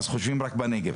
אז חושבים רק בנגב.